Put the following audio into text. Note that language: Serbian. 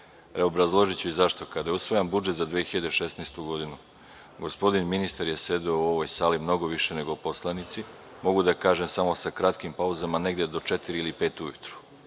a obrazložiću i zašto. Kada je usvajan budžet za 2016. godinu, gospodin ministar je sedeo u ovoj sali mnogo više nego poslanici, mogu da kažem samo sa kratkim pauzama negde do četiri ili do pet ujutru.